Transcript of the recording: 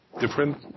different